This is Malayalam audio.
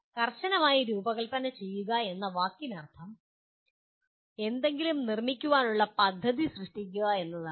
കർശനമായി രൂപകൽപ്പന ചെയ്യുക എന്ന വാക്കിനർത്ഥം എന്തെങ്കിലും നിർമ്മിക്കാനുള്ള പദ്ധതി സൃഷ്ടിക്കുക എന്നാണ്